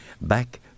back